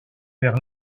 vers